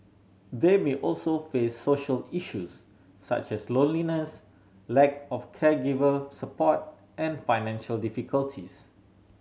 they may also face social issues such as loneliness lack of caregiver support and financial difficulties